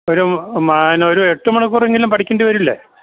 ഒരു അതിനൊരു എട്ട് മണിക്കൂറെങ്കിലും പഠിക്കേണ്ടി വരില്ലേ